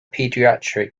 pediatric